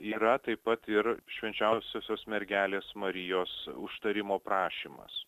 yra taip pat ir švenčiausiosios mergelės marijos užtarimo prašymas